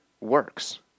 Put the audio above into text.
works